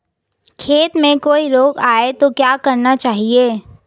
खेत में कोई रोग आये तो क्या करना चाहिए?